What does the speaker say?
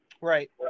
Right